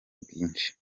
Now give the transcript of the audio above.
bwinshi